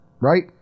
Right